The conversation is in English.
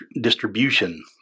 distribution